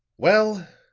well,